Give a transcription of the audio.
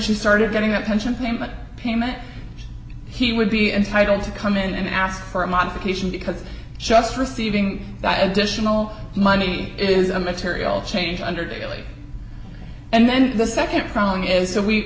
she started getting a pension payment payment he would be entitled to come in and ask for a modification because just receiving that additional money it is a material change under daily and then the nd problem is so we